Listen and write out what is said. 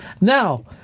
Now